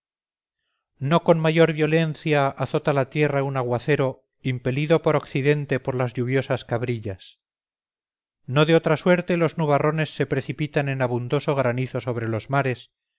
no con mayor violencia azota la tierra un aguacero impelido por occidente por las lluviosas cabrillas no de otra suerte los nubarrones se precipitan en abundoso granizo sobre los mares